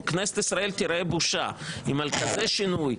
כנסת ישראל תראה בושה אם על כזה שינוי,